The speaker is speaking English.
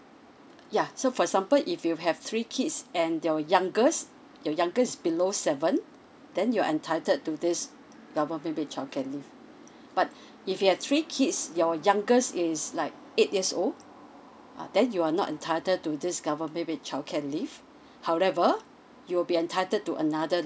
ya so for example if you have three kids and your youngest your youngest is below seven then you are entitled to this government paid childcare leave but if you had three kids your youngest is like eight years old uh then you are not entitled to this government paid childcare leave however you will be entitled to another